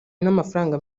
n’amafaranga